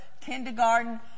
kindergarten